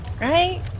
Right